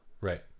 Right